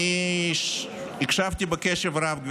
אני הקשבתי בקשב רב,